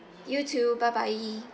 you too bye bye